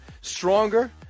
stronger